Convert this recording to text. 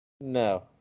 No